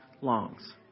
longs